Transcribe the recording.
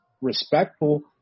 respectful